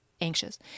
anxious